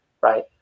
right